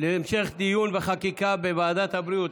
להמשך דיון וחקיקה בוועדת הבריאות.